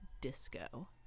disco